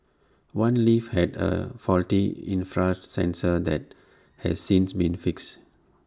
one lift had A faulty infrared sensor that has since been fixed